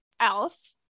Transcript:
else